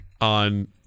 on